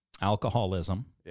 alcoholism